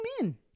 men